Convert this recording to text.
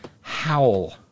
Howl